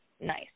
Nice